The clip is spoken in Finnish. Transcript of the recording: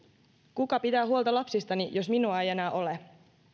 kuka pitää huolta lapsistani jos minua ei enää ole